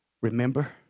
Remember